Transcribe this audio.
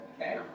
okay